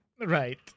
Right